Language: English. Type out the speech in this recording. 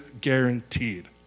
guaranteed